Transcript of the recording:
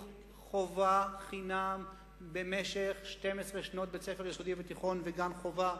חובה חינם במשך 12 שנות בית-ספר יסודי ותיכון וגן-חובה.